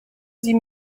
sie